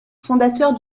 fondateur